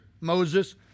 Moses